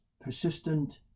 persistent